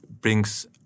brings